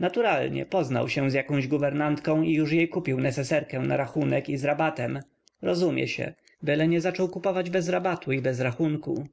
naturalnie poznał się z jakąś guwernantką i już jej kupił neseserkę na rachunek i z rabatem rozumie się byle nie zaczął kupować bez rabatu i bez rachunku